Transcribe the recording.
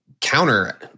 counter